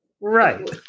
Right